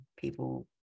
people